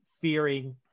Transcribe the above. fearing